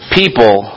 people